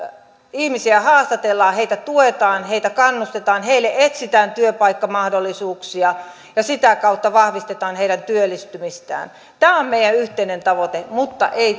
ihmisiä haastatellaan heitä tuetaan heitä kannustetaan heille etsitään työpaikkamahdollisuuksia ja sitä kautta vahvistetaan heidän työllistymistään tämä on meidän yhteinen tavoite mutta ei